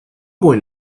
going